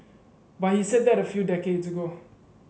but he said that a few decades ago